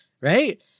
right